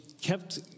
kept